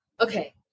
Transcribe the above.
Okay